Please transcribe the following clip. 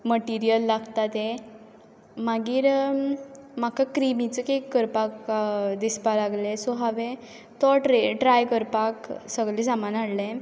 material लागता तें मागीर म्हाका क्रिमिचो कॅक करपाक दिसपा लागले सो हांवें तो ट्राय करपाक सगळें सामान हाडलें